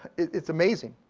it's amazing,